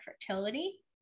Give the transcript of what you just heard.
fertility